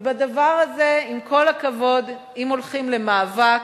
ובדבר הזה, עם כל הכבוד, אם הולכים למאבק,